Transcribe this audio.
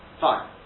Fine